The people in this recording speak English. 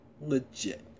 Legit